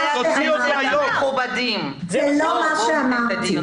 זה לא מה שאמרתי.